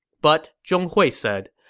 but zhong hui said,